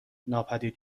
ناپدید